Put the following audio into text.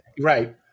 Right